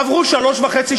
עברו שלוש שנים וחצי,